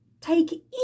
take